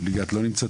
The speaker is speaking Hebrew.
מי נמצא